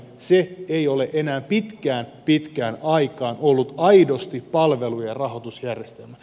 se ei ole enää pitkään pitkään aikaan ollut aidosti palvelujen rahoitusjärjestelmä